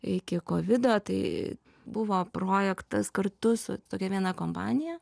iki kovido tai buvo projektas kartu su tokia viena kompanija